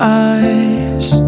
eyes